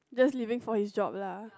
just leaving for his job lah